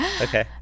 okay